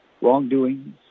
wrongdoings